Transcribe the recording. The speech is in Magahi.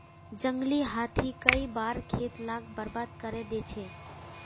जंगली हाथी कई बार खेत लाक बर्बाद करे दे छे